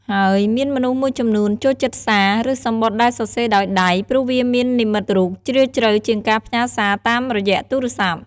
ហើយមានមនុស្សមួយចំនួនចូលចិត្តសារ ឬសំបុត្រដែលសរសេរដោយដៃ ព្រោះវាមាននិមិត្តរូបជ្រាលជ្រៅជាងការផ្ញើរសាតាមរយៈទូរស័ព្ទ។